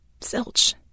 Silch